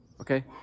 okay